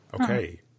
Okay